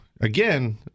Again